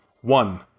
One